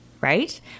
right